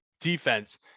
defense